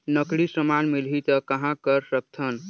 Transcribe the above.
नकली समान मिलही त कहां कर सकथन?